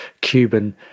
Cuban